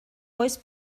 oes